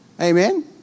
Amen